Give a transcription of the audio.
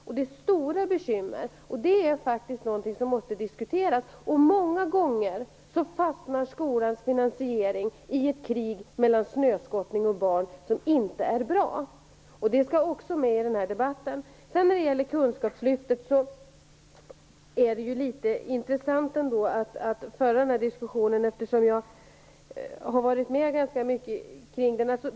Man har stora bekymmer, och det är faktiskt något som måste diskuteras. Många gånger fastnar skolans finansiering i ett krig mellan snöskottning och barn, som inte är bra. Det skall också nämnas i den här debatten. Det är intressant att höra diskussionen kring Kunskapslyftet, eftersom jag har varit med ganska mycket i detta.